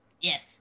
Yes